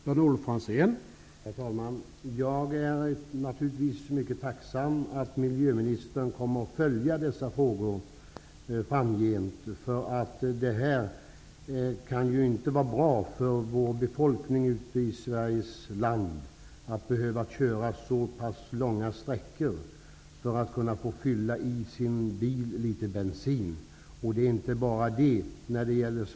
Herr talman! Jag är naturligtvis mycket tacksam att miljöministern kommer att följa dessa frågor framgent. Det kan ju inte vara bra för befolkningen ute i Sveriges land att behöva köra långa sträckor för att kunna fylla litet bensin i sin bil. Det räcker inte med detta.